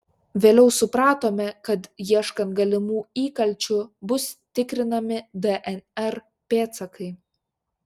vėliau supratome kad ieškant galimų įkalčių bus tikrinami dnr pėdsakai